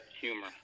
humor